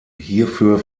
hierfür